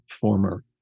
former